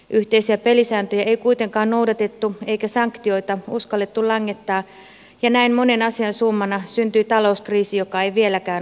yhteisiä pelisääntöjä ei kuitenkaan noudatettu eikä sanktioita uskallettu langettaa ja näin monen asian summana syntyi talouskriisi joka ei vieläkään ole ohi